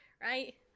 right